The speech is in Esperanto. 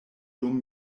dum